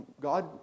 God